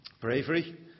Bravery